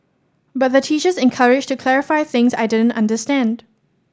but the teachers encouraged to clarify things I didn't understand